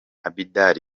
abidal